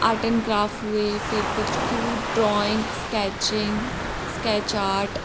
art and craft हुए फिर कुछ ड्राइंग स्कैचिंग स्कैच आर्ट